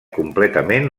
completament